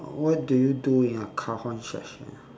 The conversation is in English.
what do you do in your cajon session